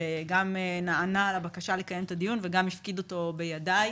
שגם נענה לבקשה לקיים את הדיון וגם הפקיד אותו בידיי.